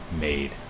made